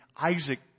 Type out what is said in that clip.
Isaac